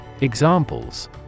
Examples